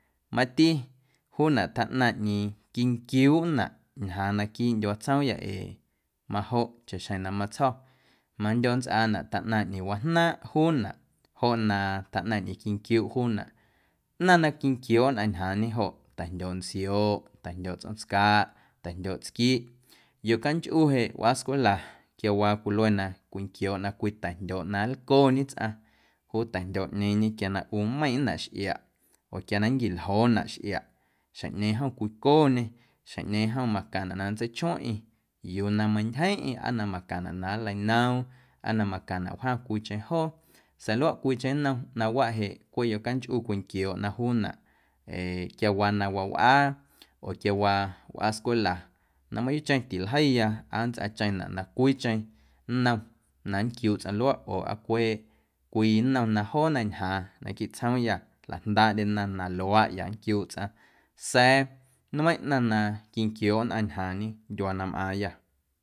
Mati juunaꞌ tjaꞌnaⁿ ꞌñeeⁿ quinquiuuꞌnaꞌ ñjaaⁿ naquiiꞌ ndyuaa tsjoomyâ ee majoꞌ chaꞌxjeⁿ na matsjo̱ mando nntsꞌaanaꞌ tjaꞌnaⁿ ꞌñeeⁿ wajnaaⁿꞌ juunaꞌ joꞌ na taꞌnaⁿ ꞌñeeⁿ quinquiuuꞌ juunaꞌ, ꞌnaⁿ na quinquiooꞌ nnꞌaⁿ njaañe joꞌ ta̱jndyooꞌ ntsioꞌ, ta̱jndyooꞌ tsꞌoom tscaaꞌ, ta̱jndyooꞌ tsquiꞌ. Yocanchꞌu jeꞌ wꞌaa scwela quiawaa cwiluena cwinquiooꞌna cwii ta̱jndyooꞌ na nlcoñe tsꞌaⁿ juu ta̱jndyooꞌñeeⁿñe quia na ꞌu nmeiⁿꞌnaꞌ xꞌiaꞌ oo quia na nnquiljoona xꞌiaꞌ xjeⁿꞌñeeⁿ jom cwicoñe, xjeⁿꞌñeeⁿ jom macaⁿnaꞌ na nntseichueeⁿꞌeⁿ yuu na meiⁿntyjeⁿꞌeⁿ aa na macaⁿnaꞌ na nleinoom aa na macaⁿnaꞌ wjaⁿ cwiicheⁿ joo sa̱a̱ luaꞌ cwiicheⁿ nnom ꞌnaⁿwaꞌ jeꞌ cweꞌ yocanchꞌu cwinquiooꞌna juunaꞌ eeꞌ quiawaa na waꞌwꞌaa oo quiawaa wꞌaa scwela na mayuuꞌcheⁿ tiljeiya aa nntsꞌaacheⁿnaꞌ na cwiicheⁿ nnom na nnquiuuꞌ tsꞌaⁿ luaꞌ oo aa cweꞌ cwii nnom na joona ñjaaⁿ naquiiꞌ tsjoomyâ jlajndaaꞌndyena na luaaꞌ ya nnquiuuꞌ tsꞌaⁿ sa̱a̱ nmeiⁿꞌ ꞌnaⁿ na quinquiooꞌ nnꞌaⁿ ñjaaⁿñe ndyuaa na mꞌaaⁿyâ.